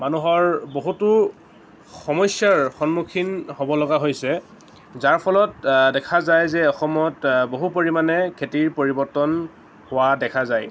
মানুহৰ বহুতো সমস্যাৰ সন্মুখীন হ'ব লগা হৈছে যাৰ ফলত দেখা যায় যে অসমত বহু পৰিমাণে খেতিৰ পৰিৱৰ্তন হোৱা দেখা যায়